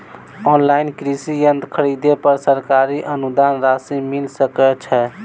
Online कृषि यंत्र खरीदे पर सरकारी अनुदान राशि मिल सकै छैय?